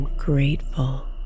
Grateful